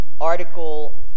article